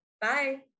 Bye